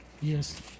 Yes